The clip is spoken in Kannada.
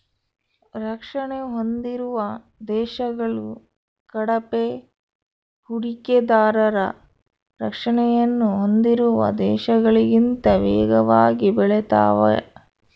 ರಕ್ಷಣೆ ಹೊಂದಿರುವ ದೇಶಗಳು ಕಳಪೆ ಹೂಡಿಕೆದಾರರ ರಕ್ಷಣೆಯನ್ನು ಹೊಂದಿರುವ ದೇಶಗಳಿಗಿಂತ ವೇಗವಾಗಿ ಬೆಳೆತಾವೆ